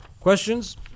Questions